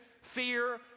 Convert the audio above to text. fear